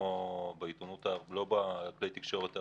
לא בכלי התקשורת הארציים.